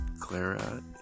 Clara